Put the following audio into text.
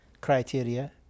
criteria